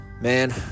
Man